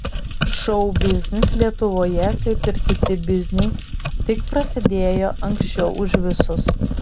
šou biznis lietuvoje kaip ir kiti bizniai tik prasidėjo anksčiau už visus